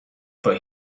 but